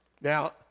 Now